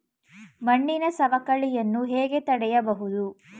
ಮಣ್ಣಿನ ಸವಕಳಿಯನ್ನು ಹೇಗೆ ತಡೆಯಬಹುದು?